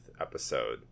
episode